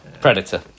Predator